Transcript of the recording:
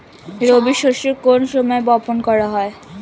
রবি শস্য কোন সময় বপন করা হয়?